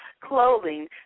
clothing